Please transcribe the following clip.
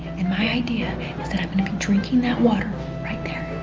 and my idea is that i'm gonna be drinking that water right there.